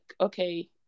okay